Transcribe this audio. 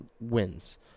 wins